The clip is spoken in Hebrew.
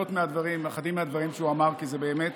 לאחדים מהדברים שהוא אמר, כי זה באמת